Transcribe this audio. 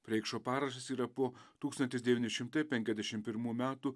preikšo parašas yra po tūkstantis devyni šimtai penkiasdešimt pirmų metų